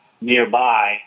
nearby